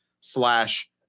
slash